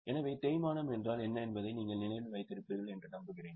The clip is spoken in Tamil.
எனவே தேய்மானம் என்றால் என்ன என்பதை நீங்கள் நினைவில் வைத்திருப்பீர்கள் என்று நம்புகிறேன்